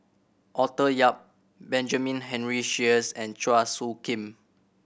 Arthur Yap Benjamin Henry Sheares and Chua Soo Khim